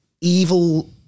Evil